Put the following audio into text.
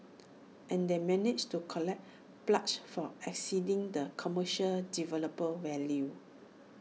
and they managed to collect pledges far exceeding the commercial developer's value